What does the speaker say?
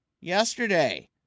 yesterday